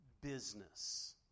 business